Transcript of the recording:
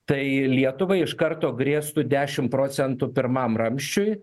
tai lietuvai iš karto grėstų dešimt procentų pirmam ramsčiui